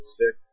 sick